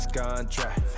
contract